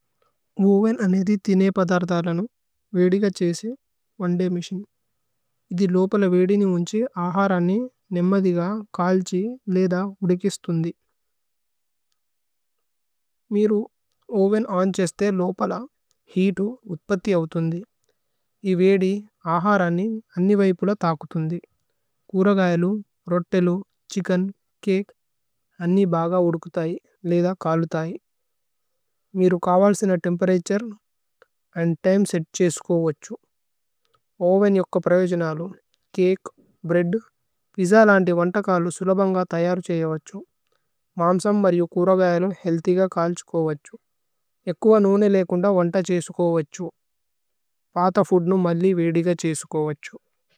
Oven അനിധി ഥിനേ പദര്ഥലനു വേദിഗ ഛേസി। വന്ദേ മിസിനി ഇധി ലോപല വേദിനി ഉന്ഛി ആഹരനി। നേമ്മദിഗ കാല്ഛി ലേദ ഉദികിസ്തുന്ദി മിരു ഓവേന്। ഓന്ഛേസ്തേ ലോപല ഹേഅതു ഉത്പത്തി ഓഉതുന്ദി ഇ വേദി। ആഹരനി അന്നി വൈപുല തകുതുന്ദി കുരഗയലു। രോത്തേലു ഛിച്കേന് ചകേ അന്നി ബഗ ഉദുകുതൈ ലേദ। കലുതൈ മിരു കാവല്സിന തേമ്പേരതുരേ അന്ദ് തിമേ। സേത് ഛേസുകുവഛു ഓവേന് യുക്ക പ്രവിജനലു ചകേ। ബ്രേഅദ് പിജ്ജ ലന്ദി വന്തകലു സുലഭന്ഗ തയരുഛേ। യുവഛു മമ്സമ് മര്യു കുരഗയലു ഹേഅല്ഥിഗ। കാല്ഛികുവഛു ഏക്കുവ നൂനി ലേകുന്ദ വന്ത। ഛേസുകുവഛു പാഥ ഫൂദ്നു മല്ലി വേദിഗ ഛേസുകുവഛു।